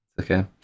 Okay